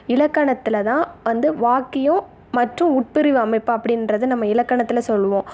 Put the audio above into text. இலக்கணத்தில்தான் வந்து வாக்கியம் மற்றும் உட்பிரிவு அமைப்பு அப்படின்றது நம்ம இலக்கணத்தில் சொல்லுவோம்